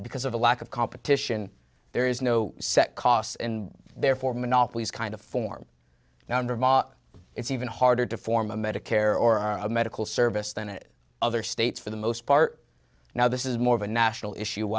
because of the lack of competition there is no set costs and therefore monopolies kind of form now and it's even harder to form a medicare or medical service than it other states for the most part now this is more of a national issue